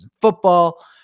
football